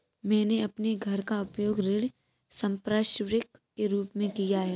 मैंने अपने घर का उपयोग ऋण संपार्श्विक के रूप में किया है